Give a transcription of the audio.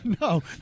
no